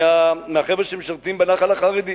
מהחבר'ה שמשרתים בנח"ל החרדי.